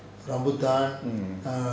mm